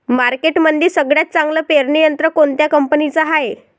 मार्केटमंदी सगळ्यात चांगलं पेरणी यंत्र कोनत्या कंपनीचं हाये?